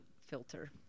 filter